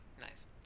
Nice